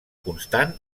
constant